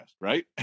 right